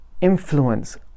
influence